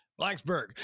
Blacksburg